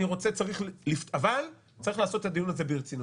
אבל צריך לעשות את הדיון ברצינות.